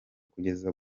kugeza